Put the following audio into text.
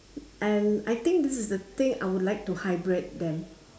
and I think this is the thing I would like to hybrid them